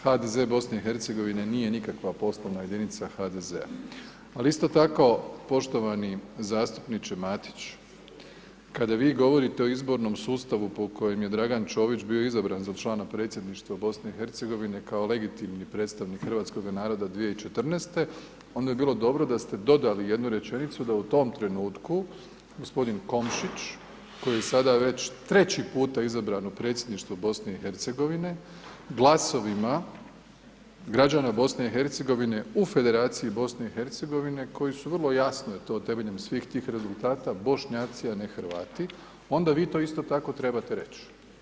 HDZ BiH-a nije nikakva poslovna jedinica HDZ-a ali isto tako poštovani zastupniče Matić, kada vi govorite o izbornom sustavu po kojem je Dragan Čović bio izabran za člana Predsjedništva BiH-a kao legitimni predstavnik hrvatskoga naroda 2014., onda bi bilo dobro da ste dodali jednu rečenicu da u tom trenutku g. Komšić koji je sada već 3. puta izabran u Predsjedništvo BiH-a, glasovima građana BiH-a u Federaciji BiH-a koji su vrlo jasno i to temeljem svih tih rezultata, Bošnjaci a ne Hrvati, onda vi to isto tako trebate reć.